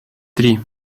три